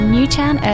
Newtown